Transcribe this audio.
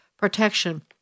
protection